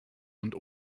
und